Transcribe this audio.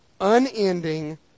unending